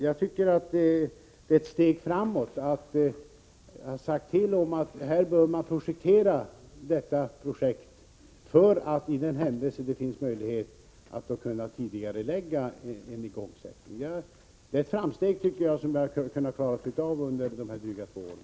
Jag tycker att det är ett steg framåt att jag har sagt till att man nu bör projektera detta bygge för att, i den händelse att det finns en sådan möjlighet, kunna tidigarelägga ett igångsättande. Det är ett framsteg, som jag har gjort under dessa dryga två år.